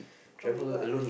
oh-my-God I've